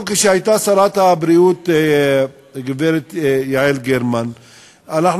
כשהייתה הגברת יעל גרמן שרת הבריאות בזמנה,